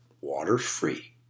water-free